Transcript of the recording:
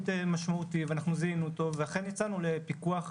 משמעותי ואנחנו זיהנו אותו ואכן יצאנו לפיקוח,